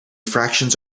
fractions